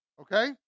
okay